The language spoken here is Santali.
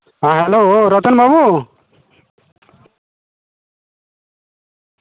ᱦᱮᱸ ᱦᱮᱞᱳ ᱨᱚᱛᱚᱱ ᱵᱟᱹᱵᱩ